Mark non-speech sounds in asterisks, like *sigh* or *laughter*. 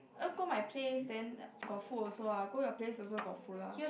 *noise* go my place then got food also ah go your place also got food lah